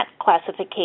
classification